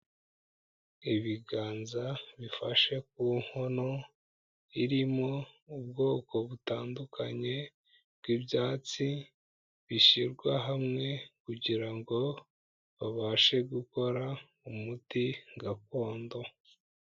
Ibiganza bifashe ku nkono, irimo ubwoko butandukanye bw'ibyatsi bishyirwa hamwe kugira ngo babashe gukora umuti gakondo.